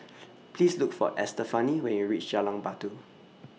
Please Look For Estefany when YOU REACH Jalan Batu